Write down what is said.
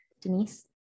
Denise